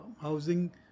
housing